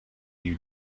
you